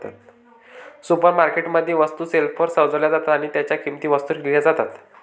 supermarket मध्ये, वस्तू शेल्फवर सजवल्या जातात आणि त्यांच्या किंमती वस्तूंवर लिहिल्या जातात